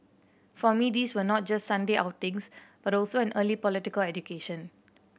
for me these were not just Sunday outings but also an early political education